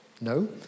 No